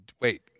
Wait